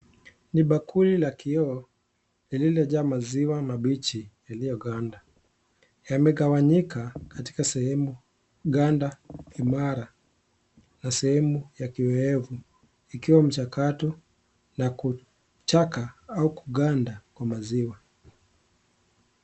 Ni bakuli la kioo, lililojaa maziwa mabichi, yalioganda, yametoa anyika katika sehemu, ganda ni mara, na kioevu, ikiwa mchakato wa kuchaka au kuganda wa maziwa.